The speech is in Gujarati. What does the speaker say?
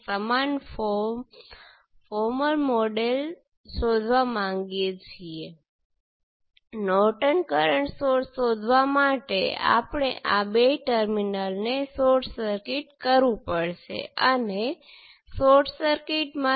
આ સર્કિટમાં આ 1 કિલો Ω થી કોઈ કરંટ વહેતો નથી કારણ કે તે ઓપન સર્કિટ સાથે સિરિઝ માં છે